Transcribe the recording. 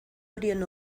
horien